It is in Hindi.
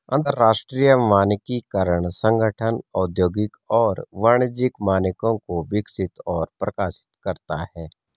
अंतरराष्ट्रीय मानकीकरण संगठन औद्योगिक और वाणिज्यिक मानकों को विकसित और प्रकाशित करता है